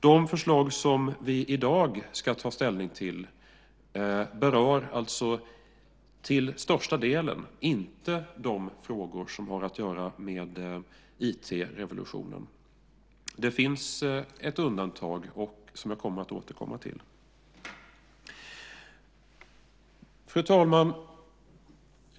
De förslag som vi i dag ska ta ställning till berör till största delen inte de frågor som har att göra med IT-revolutionen. Det finns ett undantag som jag kommer att återkomma till. Fru talman!